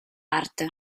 art